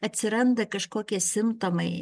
atsiranda kažkokie simptomai